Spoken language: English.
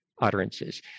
utterances